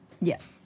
yes